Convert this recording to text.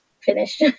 Finish